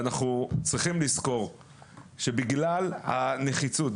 ואנחנו צריכים לזכור שבגלל הנחיצות,